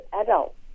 adults